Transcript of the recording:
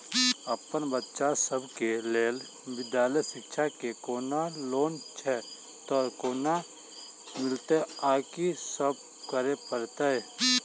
अप्पन बच्चा सब केँ लैल विधालय शिक्षा केँ कोनों लोन छैय तऽ कोना मिलतय आ की सब करै पड़तय